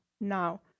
now